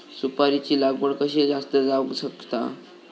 सुपारीची लागवड कशी जास्त जावक शकता?